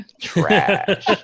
Trash